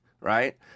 right